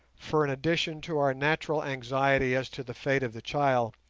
for in addition to our natural anxiety as to the fate of the child,